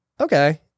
okay